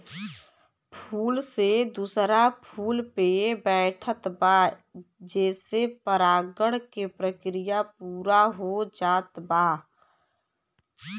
फूल से दूसरा फूल पे बैठत बा जेसे परागण के प्रक्रिया पूरा हो जात बा